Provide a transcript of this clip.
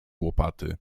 łopaty